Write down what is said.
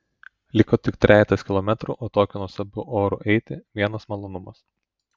liko tik trejetas kilometrų o tokiu nuostabiu oru eiti vienas malonumas